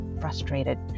frustrated